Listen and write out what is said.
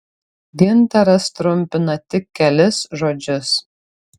gintaras trumpina tik kelis žodžius